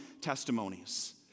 testimonies